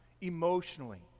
emotionally